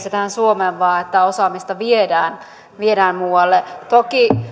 suomeen vaan että osaamista viedään viedään muualle toki